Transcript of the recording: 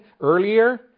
earlier